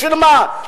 בשביל מה?